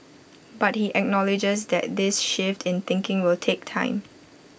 but he acknowledges that this shift in thinking will take time